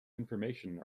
information